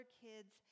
kids